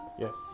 Yes